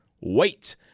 wait